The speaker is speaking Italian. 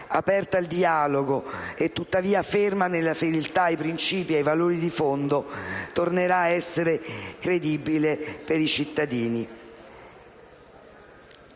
aperta al dialogo e, tuttavia, ferma nella fedeltà ai principi e ai valori di fondo tornerà a essere credibile per i cittadini.